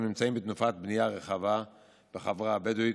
נמצאים בתנופת בנייה רחבה בחברה הבדואית.